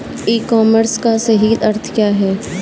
ई commerce का सही अर्थ क्या है?